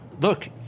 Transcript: Look